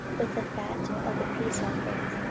with the fat of the peace offerings,